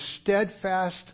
steadfast